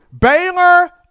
Baylor